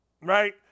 right